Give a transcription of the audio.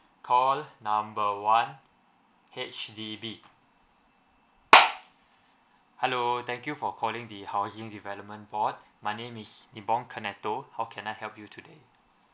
call number one H_D_B hello thank you for calling the housing development board my name is how can I help you today